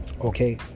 Okay